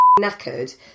knackered